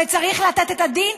וצריך לתת את הדין,